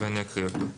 ואני אקריא אותו: